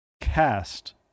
cast